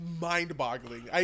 mind-boggling